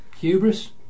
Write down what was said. hubris